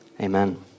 Amen